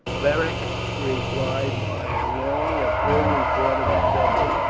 beric replied by a long and full report of his government.